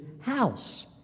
house